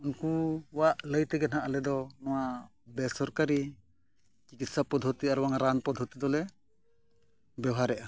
ᱩᱱᱠᱩᱣᱟᱜ ᱞᱟᱹᱭ ᱛᱮᱜᱮ ᱱᱟᱦᱟᱜ ᱟᱞᱮᱫᱚ ᱱᱚᱣᱟ ᱵᱮᱥᱚᱨᱠᱟᱨᱤ ᱪᱤᱠᱤᱛᱥᱟ ᱯᱚᱫᱽᱫᱷᱚᱛᱤ ᱟᱨᱵᱟᱝ ᱨᱟᱱ ᱯᱚᱫᱽᱫᱷᱚᱛᱤ ᱫᱚᱞᱮ ᱵᱮᱵᱷᱟᱨᱮᱜᱼᱟ